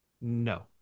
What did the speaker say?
No